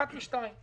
אחת משתיים: